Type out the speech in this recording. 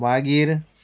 मागीर